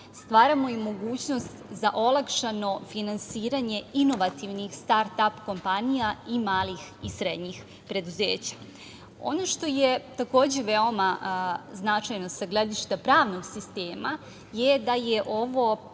Stvaramo i mogućnost za olakšano finansiranje inovativnih start-ap kompanija i malih i srednjih preduzeća. Ono što je takođe veoma značajno sa gledišta pravnog sistema je da je ovo